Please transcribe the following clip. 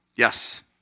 Yes